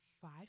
Five